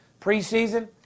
Preseason